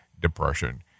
depression